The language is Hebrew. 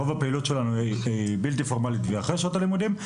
רוב הפעילות שלנו היא בלתי פורמלית ואחרי שעות הלימודים,